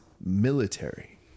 military